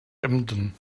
emden